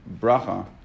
Bracha